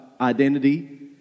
identity